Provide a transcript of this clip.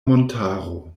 montaro